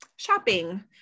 shopping